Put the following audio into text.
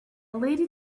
lady